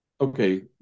okay